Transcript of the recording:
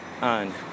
on